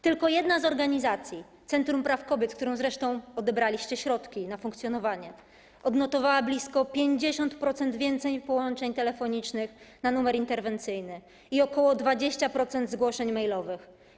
Tylko jedna z organizacji, Centrum Praw Kobiet, której zresztą odebraliście środki na funkcjonowanie, odnotowała blisko 50% więcej połączeń telefonicznych na numer interwencyjny i ok. 20% więcej zgłoszeń mailowych.